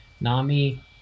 Nami